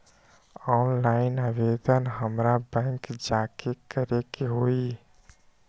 Online आवेदन हमरा bank जाके करे के होई?